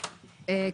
כן, תחזרי.